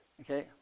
Okay